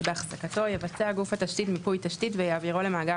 בהחזקתו - יבצע גוף התשתית מיפוי תשתית ויעבירו למאגר